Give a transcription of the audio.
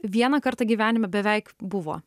vieną kartą gyvenime beveik buvo